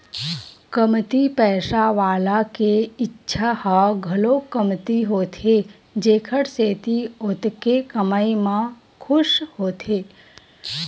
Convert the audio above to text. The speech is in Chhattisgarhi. कमती पइसा वाला के इच्छा ह घलो कमती होथे जेखर सेती ओतके कमई म खुस होथे